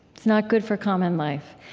it's not good for common life.